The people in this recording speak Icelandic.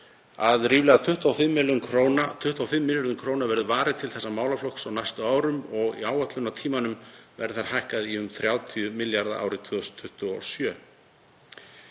að ríflega 25 milljörðum kr. verður varið til þess málaflokks á næstu árum og á áætlunartímanum verður hækkað í um 30 milljarða árið 2027.